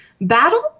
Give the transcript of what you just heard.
battle